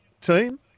team